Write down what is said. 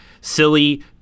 silly